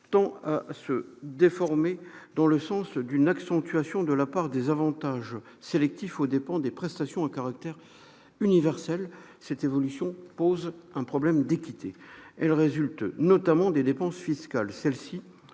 tend à se déformer dans le sens d'une accentuation de la part des avantages sélectifs aux dépens des prestations à caractère universel. Cette évolution pose un problème d'équité. Elle résulte notamment des dépenses fiscales. Celles-ci